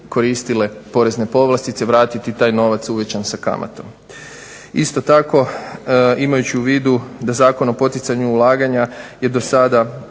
koristile porezne povlastice vratiti taj novac uvećan sa kamatom. Isto tako imajući u vidu da Zakon o poticanju ulaganja je do sada